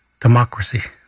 democracy